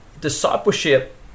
discipleship